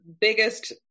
biggest